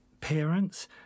parents